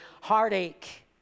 heartache